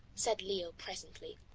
said leo presently.